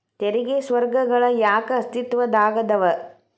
ತೆರಿಗೆ ಸ್ವರ್ಗಗಳ ಯಾಕ ಅಸ್ತಿತ್ವದಾಗದವ